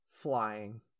flying